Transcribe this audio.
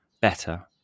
better